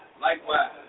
Likewise